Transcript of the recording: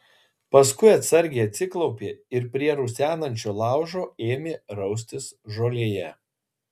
paskui atsargiai atsiklaupė ir prie rusenančio laužo ėmė raustis žolėje